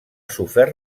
sofert